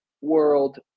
World